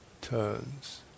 turns